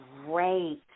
great